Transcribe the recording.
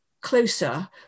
closer